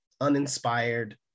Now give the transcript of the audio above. uninspired